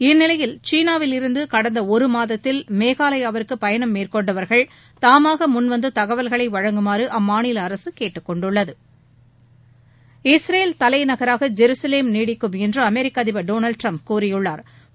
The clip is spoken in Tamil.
இந்நிலையில் சீனாவில் இருந்து கடந்த ஒரு மாதத்தில் மேகாலயாவிற்கு பயணம் மேற்கொண்டவர்கள் தாமாக முன்வந்து தகவல்களை வழங்குமாறு அம்மாநில அரசு கேட்டுக்கொண்டுள்ளது இஸ்ரேல் தலைநகராக ஜெருசலேம் நீடிக்கும் என்று அமெரிக்க அதிபர் திரு டொனாவ்டு டிரம்ப் கூறியுள்ளா்